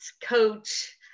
coach